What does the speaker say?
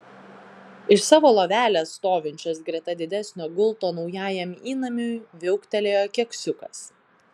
iš savo lovelės stovinčios greta didesnio gulto naujajam įnamiui viauktelėjo keksiukas